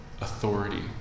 authority